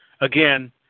again